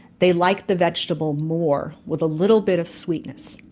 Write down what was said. they liked the vegetable more with a little bit of sweetness.